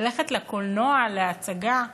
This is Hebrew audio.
ללכת לקולנוע, להצגה,